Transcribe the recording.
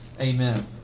amen